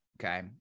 okay